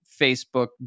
facebook